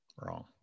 Wrong